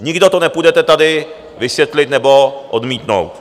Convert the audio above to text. Nikdo to nepůjdete tady vysvětlit nebo odmítnout.